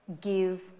give